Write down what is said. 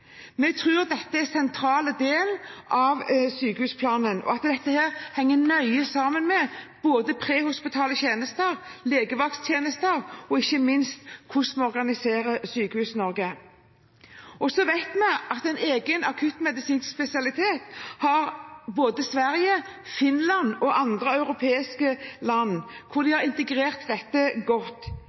Vi tror dette er en sentral del av sykehusplanen, og at det henger nøye sammen med både prehospitale tjenester, legevakttjenester og ikke minst hvordan vi organiserer Sykehus-Norge. Vi vet også at de har en egen akuttmedisinsk spesialitet i både Sverige, Finland og andre europeiske land, hvor de har integrert dette godt.